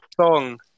song